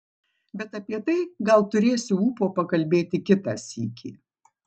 bet apie tai gal turėsiu ūpo pakalbėti kitą sykį